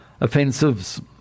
Offensives